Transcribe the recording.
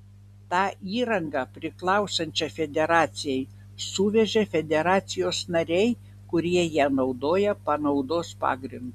tą įrangą priklausančią federacijai suvežė federacijos nariai kurie ją naudoja panaudos pagrindu